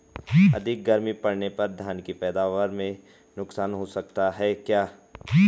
अधिक गर्मी पड़ने पर धान की पैदावार में नुकसान हो सकता है क्या?